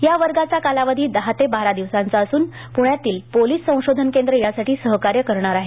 या वर्गाचा कालावधी दहा ते बारा दिवसांचा असून पुण्यातील पोलीस संशोधन केंद्र त्यासाठी सहकार्य करणार आहे